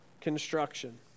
construction